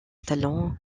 talent